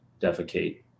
defecate